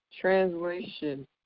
Translation